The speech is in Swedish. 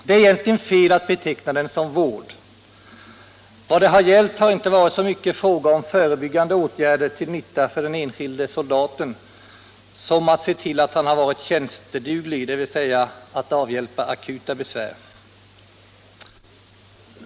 Det är egentligen fel att beteckna den som vård. Vad det har gällt har inte varit så mycket förebyggande åtgärder till nytta för den enskilde soldaten som att se till att han har varit tjänsteduglig, dvs. att avhjälpa akuta besvär.